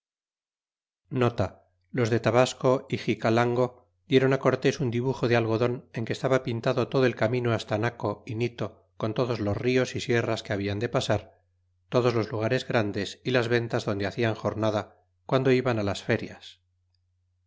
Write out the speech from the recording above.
los de tabasco y xicalanco diéron á cortés un dibujo de algodon en que estaba pintado todo el camino hasta naco y nito con todos los dos y sierras que habian de pasar todos los lugares grandes y las ventas donde hacian jornada guando iban las ferias